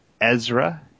Ezra